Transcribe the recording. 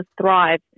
thrive